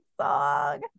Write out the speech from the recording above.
song